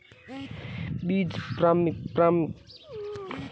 बीज प्रमाणीकरण क्या है?